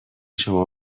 شما